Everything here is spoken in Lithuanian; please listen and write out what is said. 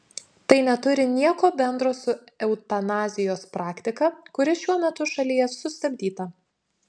tai neturi nieko bendro su eutanazijos praktika kuri šiuo metu šalyje sustabdyta